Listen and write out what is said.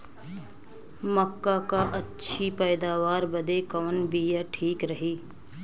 मक्का क अच्छी पैदावार बदे कवन बिया ठीक रही?